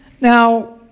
Now